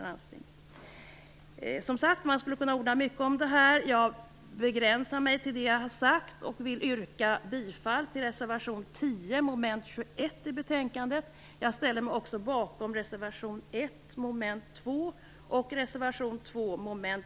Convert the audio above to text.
Man skulle som sagt kunna orda mycket om det här. Jag begränsar mig till det jag har sagt och vill yrka bifall till reservation 10 under mom. 21 i betänkandet. Jag ställer mig också bakom reservation 1